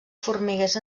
formiguers